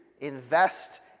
invest